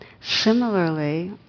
Similarly